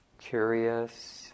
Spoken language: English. curious